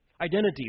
identity